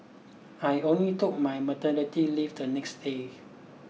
I only took my maternity left the next day